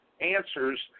answers